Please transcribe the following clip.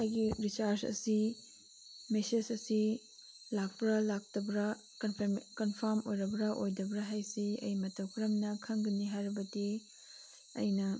ꯑꯩꯒꯤ ꯔꯤꯆꯥꯔꯖ ꯑꯁꯤ ꯃꯦꯁꯦꯖ ꯑꯁꯤ ꯂꯥꯛꯄ꯭ꯔꯥ ꯂꯥꯛꯇꯕ꯭ꯔꯥ ꯀꯟꯐꯥꯔꯝ ꯑꯣꯏꯔꯕ꯭ꯔꯥ ꯑꯣꯏꯗꯕ꯭ꯔꯥ ꯍꯥꯏꯁꯤ ꯑꯩ ꯃꯇꯧ ꯀꯔꯝꯅ ꯈꯪꯒꯅꯤ ꯍꯥꯏꯔꯕꯗꯤ ꯑꯩꯅ